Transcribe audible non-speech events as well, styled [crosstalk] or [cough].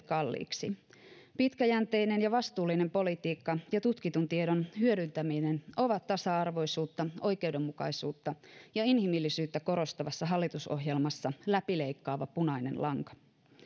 [unintelligible] kalliiksi pitkäjänteinen ja vastuullinen politiikka ja tutkitun tiedon hyödyntäminen ovat tasa arvoisuutta oikeudenmukaisuutta ja inhimillisyyttä korostavassa hallitusohjelmassa läpileikkaava punainen lanka